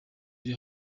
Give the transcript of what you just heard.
iri